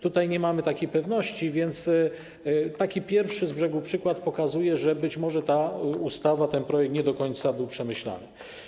Tutaj nie mamy takiej pewności, więc taki pierwszy z brzegu przykład pokazuje, że być może ta ustawa, ten projekt nie do końca był przemyślany.